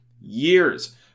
years